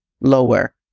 lower